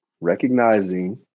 recognizing